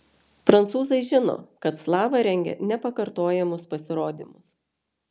prancūzai žino kad slava rengia nepakartojamus pasirodymus